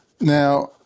Now